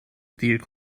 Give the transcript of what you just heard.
دیر